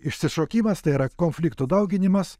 išsišokimas tai yra konfliktų dauginimas